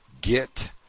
get